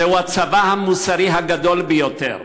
זהו הצבא המוסרי הגדול ביותר,